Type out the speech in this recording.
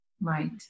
Right